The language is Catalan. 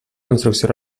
construcció